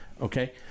okay